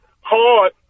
hard